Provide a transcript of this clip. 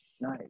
Nice